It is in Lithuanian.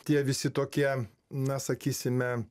tie visi tokie na sakysime